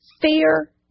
fear